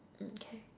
mm K